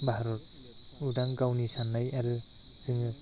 भारत उदां गावनि सान्नाय आरो जोङो